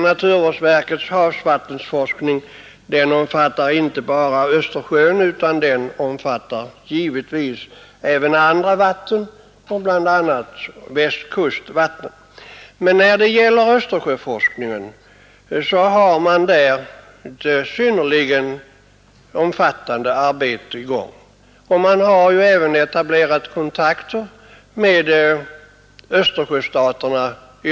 Naturvårdsverkets havsvattensforskning omfattar inte bara Östersjön utan även andra vatten, bl.a. vattnet på Västkusten, men man har ett synnerligen omfattande arbete i gång i Östersjöforskningen och har där även etablerat kontakter med övriga Östersjöstater.